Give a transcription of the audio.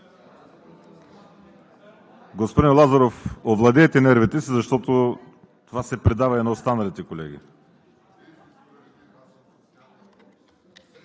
Господин Лазаров, овладейте нервите си, защото се предава и на останалите колеги!